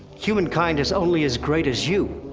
humankind is only as great as you,